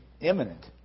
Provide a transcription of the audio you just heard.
imminent